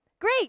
Great